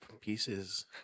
pieces